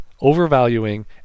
overvaluing